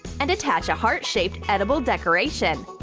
and attach a heart-shaped edible decoration.